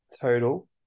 Total